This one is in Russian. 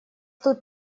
тут